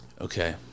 Okay